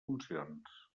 funcions